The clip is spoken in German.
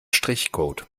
strichcode